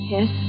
Yes